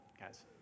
guys